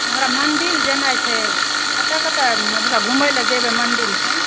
हमरा मंदिल जेनाइ छै कतय कतय मतलब घूमय लए जेबै मंदिलसभ